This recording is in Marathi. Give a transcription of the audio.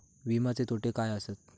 विमाचे तोटे काय आसत?